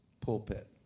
pulpit